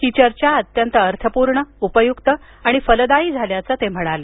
ही चर्चा अत्यंत अर्थपूर्ण उपयुक्त आणि फलदायी झाल्याचं ते म्हणाले